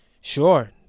Sure